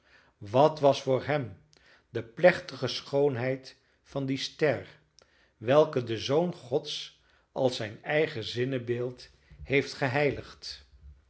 wat was voor hem de plechtige schoonheid van die ster welke de zoon gods als zijn eigen zinnebeeld heeft